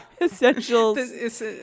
essentials